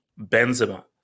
Benzema